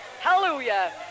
Hallelujah